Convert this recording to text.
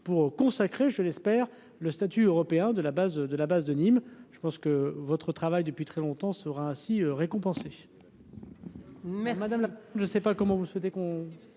pour consacrer, je l'espère le statut européen de la base de la base de Nîmes je pense que votre travail depuis très longtemps, sera ainsi récompensé.